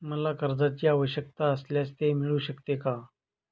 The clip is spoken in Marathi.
मला कर्जांची आवश्यकता असल्यास ते मिळू शकते का?